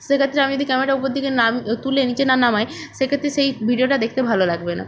সেক্ষেত্রে আমি যদি ক্যামেরাটা ওপর দিকে না তুলে নিচে না নামাই সেক্ষেত্রে সেই ভিডিওটা দেখতে ভালো লাগবে না